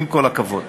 עם כל הכבוד,